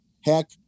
Heck